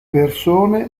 persone